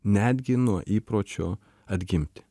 netgi nuo įpročio atgimti